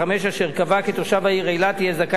אשר קבע כי תושב העיר אילת יהיה זכאי לזיכוי